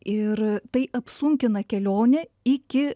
ir tai apsunkina kelionę iki